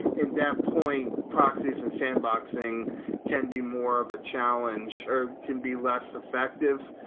in that point, proxies and sandboxing can be more of a challenge, or can be less effective.